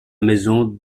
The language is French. maison